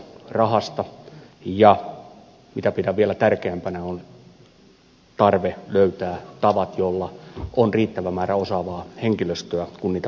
rahasta ja mitä pidän vielä tärkeämpänä on tarve löytää tavat joilla on riittävä määrä osaavaa henkilöstöä kun niitä palveluja tuotetaan